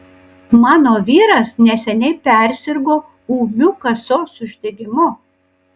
mano vyras neseniai persirgo ūmiu kasos uždegimu